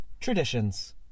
traditions